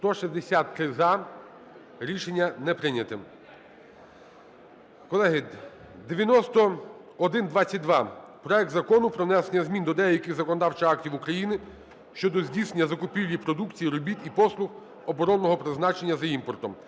За-163 Рішення не прийнято. Колеги, 9122: проект Закону про внесення змін до деяких законодавчих актів України щодо здійснення закупівлі продукції, робіт і послуг оборонного призначення за імпортом,